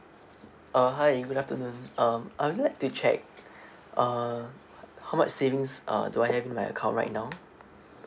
uh hi good afternoon um I would like to check uh how much savings uh do I have in my account right now